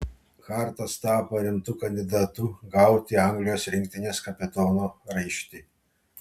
hartas tapo rimtu kandidatu gauti anglijos rinktinės kapitono raištį